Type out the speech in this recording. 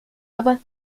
aber